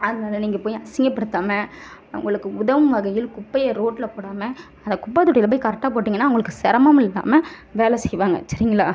அதனால நீங்கள் போய் அசிங்க படுத்தாமல் அவங்களுக்கு உதவும் வகையில் குப்பையை ரோட்டில் போடாமல் அதை குப்பைதொட்டில போய் கரெக்டாக போட்டிங்கன்னா அவங்களுக்கு சிரமம் இல்லாமல் வேலை செய்வாங்க சரிங்களா